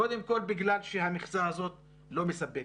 קודם כל בגלל שהמכסה הזאת לא מספקת,